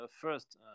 first